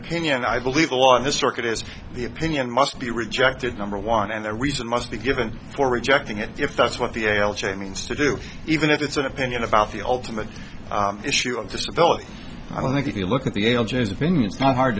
opinion i believe a lot of this circuit is the opinion must be rejected number one and the reason must be given for rejecting it if that's what the l j means to do even if it's an opinion about the ultimate issue of disability i don't think if you look at the